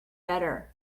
better